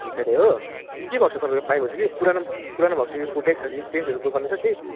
hill साइडै हो के भएको छ तपाईँको पाइपहरू चाहिँ पुरानो पुरानो भएको छ फुटेको छ कि चेन्जहरू गर्नु पर्ने छ केही